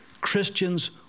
Christians